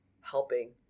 helping